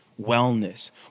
wellness